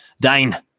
Dane